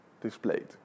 displayed